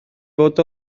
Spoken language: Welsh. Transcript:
fod